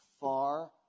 Far